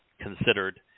considered